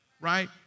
right